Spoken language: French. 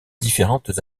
différentes